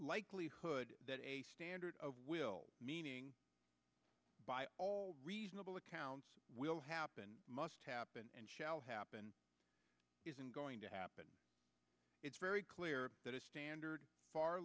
likelihood that a standard will meaning by all reasonable accounts will happen must happen and shall happen isn't going to happen it's very clear that a standard far